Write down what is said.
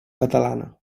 catalana